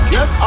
Yes